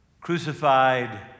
crucified